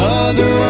Mother